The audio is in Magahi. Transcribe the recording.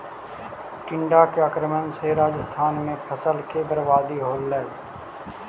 टिड्डा के आक्रमण से राजस्थान में फसल के बर्बादी होलइ